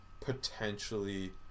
potentially